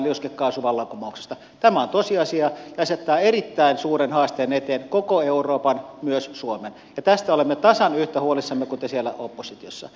tämä on tosiasia ja asettaa erittäin suuren haasteen eteen koko euroopan myös suomen ja tästä me olemme tasan yhtä huolissamme kuin te siellä oppositiossa